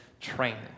training